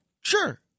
Sure